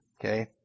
Okay